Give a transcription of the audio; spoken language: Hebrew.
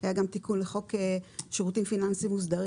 היה גם תיקון לחוק שירותים פיננסיים מוסדרים